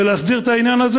ולהסדיר את העניין הזה.